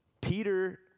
Peter